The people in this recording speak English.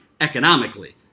economically